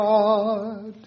God